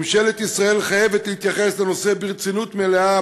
ממשלת ישראל חייבת להתייחס לנושא ברצינות מלאה,